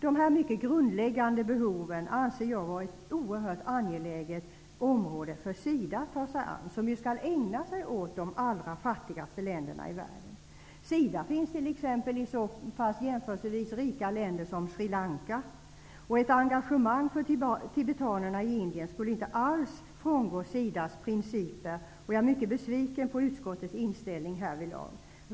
De här mycket grundläggande behoven anser jag vara ett oerhört angeläget område för SIDA att ta sig an, som ju skall ägna sig åt de allra fattigaste länderna i världen. SIDA finns t.ex. i så pass jämförelsevis rika länder som Sri Lanka. Ett engagemang för tibetanerna i Indien skulle inte alls frångå SIDA:s principer. Jag är mycket besviken på utskottets inställning härvidlag.